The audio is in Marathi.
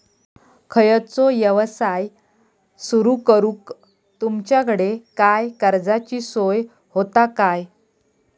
खयचो यवसाय सुरू करूक तुमच्याकडे काय कर्जाची सोय होता काय?